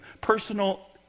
personal